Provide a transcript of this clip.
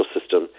system